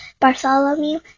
Bartholomew